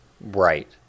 Right